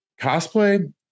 cosplay